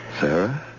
Sarah